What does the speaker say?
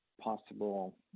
possible